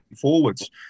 forwards